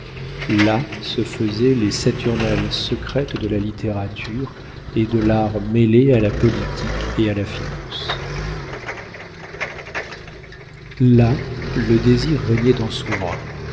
là se faisaient les saturnales secrètes de la littérature et de l'art mêlés à la politique et à la finance là le désir régnait en souverain